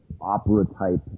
opera-type